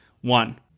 One